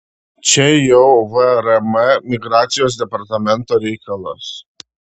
čia jau vrm migracijos departamento reikalas